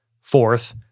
fourth